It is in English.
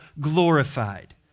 glorified